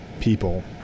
people